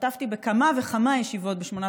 השתתפתי בכמה וכמה ישיבות בשמונת